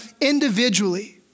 individually